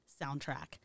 soundtrack